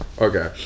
okay